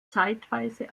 zeitweise